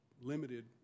limited